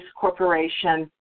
corporation